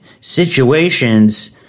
situations